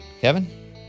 Kevin